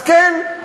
אז כן,